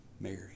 Mary